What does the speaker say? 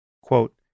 Quote